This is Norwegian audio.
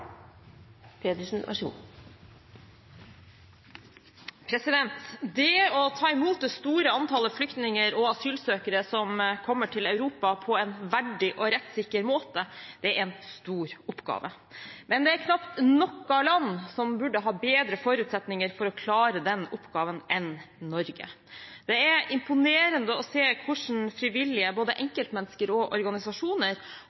asylsøkere som kommer til Europa på en verdig og rettssikker måte, er en stor oppgave. Men det er knapt noe land som burde ha bedre forutsetninger for å klare den oppgaven enn Norge. Det er imponerende å se hvordan frivillige, både enkeltmennesker og organisasjoner,